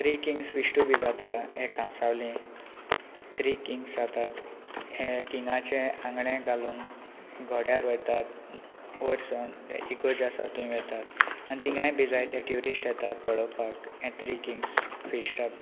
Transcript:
three kings फिश्टू बी जाता हे कांसावली थ्री किंग्स जातात हे किंगाचे आंगडे घालून घोड्यार वयतात वयर सावन इगोर्ज आसा थंय वतात आनी तिंगाय बी जाय ते ट्युरिस्ट येतात पळोवपाक थ्री किंग्स फिश्ट